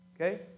okay